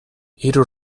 hiru